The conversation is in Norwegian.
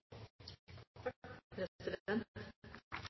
Takk, president.